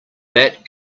that